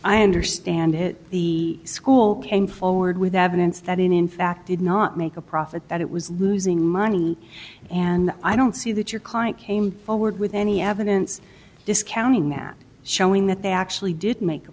i understand it the school came forward with evidence that in fact did not make a profit that it was losing money and i don't see that your client came forward with any evidence discounting their showing that they actually did make a